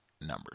Numbers